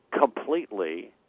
completely